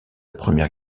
première